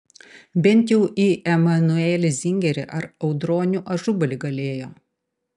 bent jau į emanuelį zingerį ar audronių ažubalį galėjo